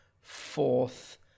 fourth